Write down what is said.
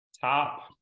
top